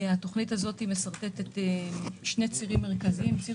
התוכנית הזאת משרטטת שני צירים מרכזיים: ציר